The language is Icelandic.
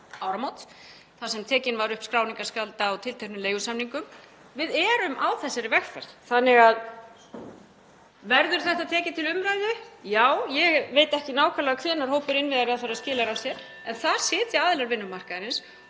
áramót þar sem tekið var upp skráningargjald á tilteknum leigusamningum. Við erum á þessari vegferð þannig að verður þetta tekið til umræðu? Já, ég veit ekki nákvæmlega hvenær hópur innviðaráðherra skilar af sér, en þar sitja aðilar vinnumarkaðarins.